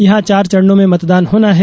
यहां चार चरणों में मतदान होना है